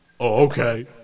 okay